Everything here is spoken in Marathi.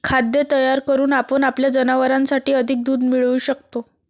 खाद्य तयार करून आपण आपल्या जनावरांसाठी अधिक दूध मिळवू शकतो